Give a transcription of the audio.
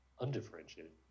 undifferentiated